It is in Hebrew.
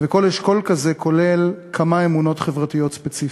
וכל אשכול כזה כולל כמה אמונות חברתיות ספציפיות.